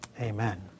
Amen